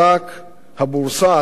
הבורסה הכי יציבה,